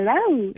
Hello